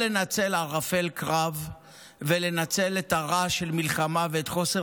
לנצל ערפל קרב ולנצל את הרע של מלחמה ואת חוסר